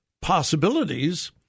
possibilities